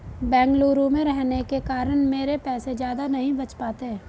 बेंगलुरु में रहने के कारण मेरे पैसे ज्यादा नहीं बच पाते